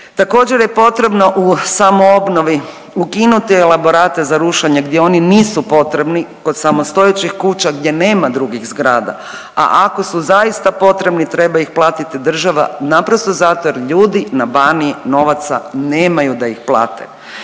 Također je potrebno u samoobnovi ukinuti elaborate za rušenje gdje oni nisu potrebni, kod samostojećih kuća gdje nema drugih zgrada, a ako su zaista potrebni treba ih platiti država, naprosto zato jer ljudi na Baniji novaca nemaju da ih plate.